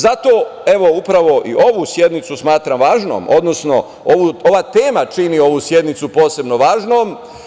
Zato upravo i ovu sednicu smatram važnom, odnosno ova tema čini ovu sednicu posebno važnom.